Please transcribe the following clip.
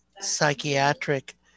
psychiatric